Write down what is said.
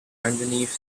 underneath